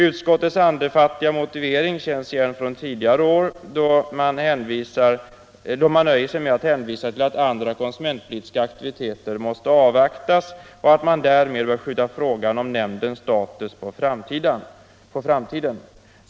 Utskottets andefattiga motivering känns igen från tidigare år, då man nöjer sig med att hänvisa till att andra konsumentpolitiska aktiviteter måste avvaktas och att frågan om nämndens status därför bör skjutas på framtiden.